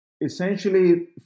essentially